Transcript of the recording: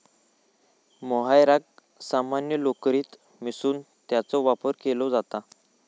मोहायराक सामान्य लोकरीत मिसळून त्याचो वापर केलो जाता